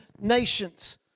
nations